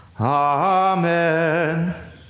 Amen